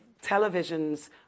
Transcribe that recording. television's